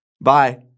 Bye